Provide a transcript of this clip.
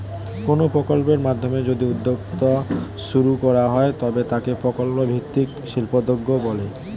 কোনো প্রকল্পের মাধ্যমে যদি উদ্যোগ শুরু করা হয় তবে তাকে প্রকল্প ভিত্তিক শিল্পোদ্যোগ বলে